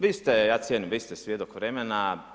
Vi ste, ja cijenim, vi ste svjedok vremena.